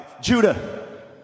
Judah